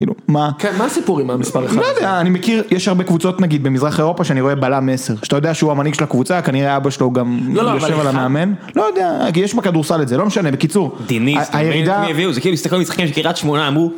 כאילו, מה, כן, מה הסיפור עם המספר 1? לא יודע, אני מכיר, יש הרבה קבוצות נגיד במזרח אירופה שאני רואה בלם 10 שאתה יודע שהוא המנהיג של הקבוצה, כנראה אבא שלו גם - לא, לא, אבל איך - יושב על המאמן לא יודע, כי יש בכדורסל את זה, לא משנה, בקיצור דיניס, מי הביאו? זה כאילו מסתכל במשחקים של קרית שמונה אמרו